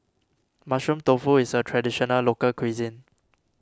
Mushroom Tofu is a Traditional Local Cuisine